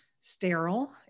sterile